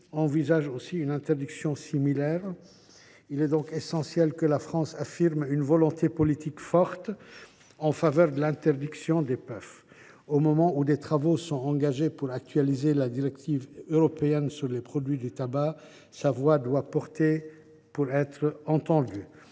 envisagent une interdiction similaire en Europe. Il est donc essentiel que la France affirme une volonté politique forte en faveur de l’interdiction des puffs. Au moment où des travaux sont engagés pour actualiser la directive européenne sur les produits du tabac, sa voix doit porter pour être entendue.